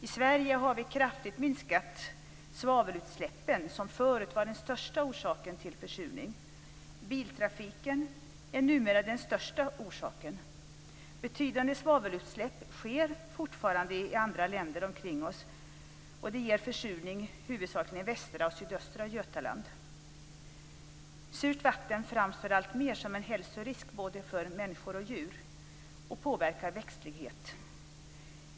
I Sverige har vi kraftigt minskat svavelutsläppen som förut var den största orsaken till försurning. Biltrafiken är numera den största orsaken. Betydande svavelutsläpp sker fortfarande i andra länder omkring oss, och det ger försurning huvudsakligen i västra och sydöstra Götaland. Surt vatten framstår alltmer som en hälsorisk för både människor och djur och påverkar även växtligheten.